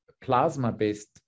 plasma-based